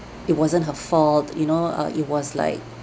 it wasn't her fault you know uh it was like